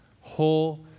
whole